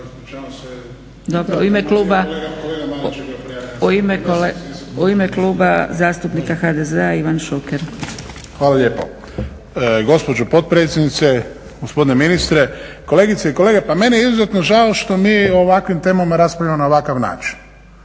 u ime kluba zastupnika HDZ-a Ivan Šuker. **Šuker, Ivan (HDZ)** Hvala lijepo. Gospođo potpredsjednice, gospodine ministre, kolegice i kolege. Pa meni je izuzetno žao što mi o ovakvim temama raspravljamo na ovakav način